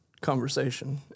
conversation